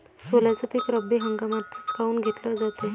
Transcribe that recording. सोल्याचं पीक रब्बी हंगामातच काऊन घेतलं जाते?